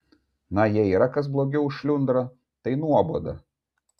na jei yra kas blogiau už šliundrą tai nuoboda